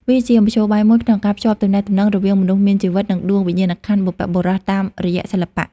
វាជាមធ្យោបាយមួយក្នុងការភ្ជាប់ទំនាក់ទំនងរវាងមនុស្សមានជីវិត និងដួងវិញ្ញាណក្ខន្ធបុព្វបុរសតាមរយៈសិល្បៈ។